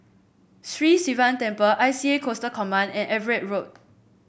Sri Sivan Temple I C A Coastal Command and Everitt Road